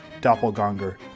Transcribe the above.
doppelganger